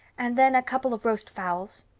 and then a couple of roast fowls.